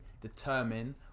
determine